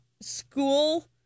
school